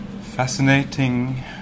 fascinating